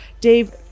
Dave